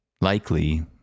Likely